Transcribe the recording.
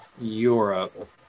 Europe